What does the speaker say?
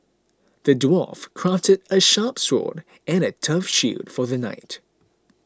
the dwarf crafted a sharp sword and a tough shield for the knight